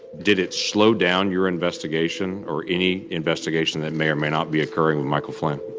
did it slow down your investigation or any investigation that may or may not be occurring with michael flynn?